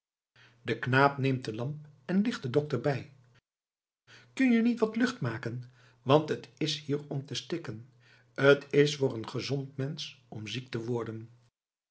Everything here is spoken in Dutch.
de knaap neemt de lamp en licht den dokter bij kun je niet wat lucht maken want het is hier om te stikken t is voor een gezond mensch om ziek te worden